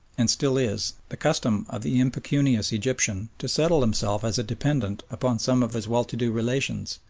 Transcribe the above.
and still is, the custom of the impecunious egyptian to settle himself as a dependent upon some of his well-to-do relations,